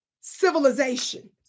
civilization